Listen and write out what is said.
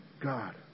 God